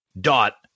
dot